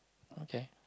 okay